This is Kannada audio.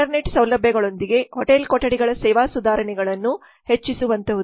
ಇಂಟರ್ನೆಟ್ ಸೌಲಭ್ಯಗಳೊಂದಿಗೆ ಹೋಟೆಲ್ ಕೊಠಡಿಗಳ ಸೇವಾ ಸುಧಾರಣೆಗಳನ್ನು ಹೆಚ್ಚಿಸುವಂತಹು